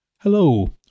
Hello